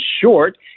short